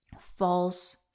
false